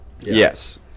Yes